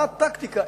מה הטקטיקה,